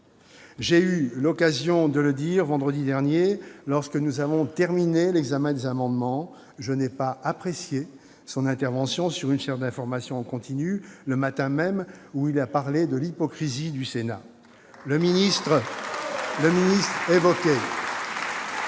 J'ai eu l'occasion de le dire, vendredi dernier, lorsque nous avons terminé l'examen des amendements : je n'ai pas apprécié son intervention sur une chaîne d'information continue, le matin même, où il a parlé de « l'hypocrisie du Sénat ». Le ministre évoquait